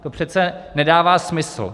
To přece nedává smysl.